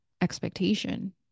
expectation